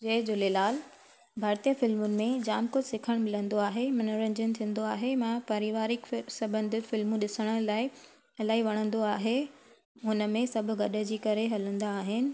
जय झूलेलाल भारतीय फिल्मूनि में जाम कुझु सिखणु मिलंदो आहे मनोरंजनु थींदो आहे मां परिवारिक फि सबंधित फिल्मूं ॾिसण लाइ इलाही वणंदो आहे हुन में सभु गॾिजी करे हलंदा आहिनि